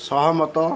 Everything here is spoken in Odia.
ସହମତ